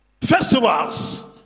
festivals